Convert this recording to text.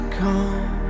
come